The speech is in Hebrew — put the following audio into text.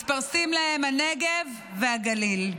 מתפרסים להם הנגב והגליל.